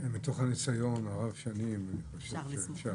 מתוך ניסיון רב שנים אני חושב שאפשר.